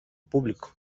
público